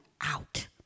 out